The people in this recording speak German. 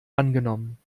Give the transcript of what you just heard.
angenommen